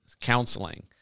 counseling